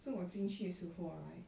so 我进去时候 right